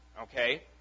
okay